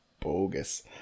bogus